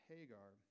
Hagar